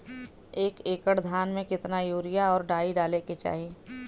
एक एकड़ धान में कितना यूरिया और डाई डाले के चाही?